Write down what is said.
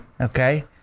Okay